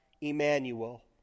Emmanuel